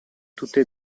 tutte